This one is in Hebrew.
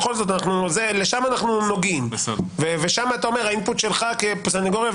בכל זאת לשם אנחנו נוגעים ושם אתה אומר האינפוט שלך כסניגוריה,